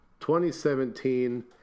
2017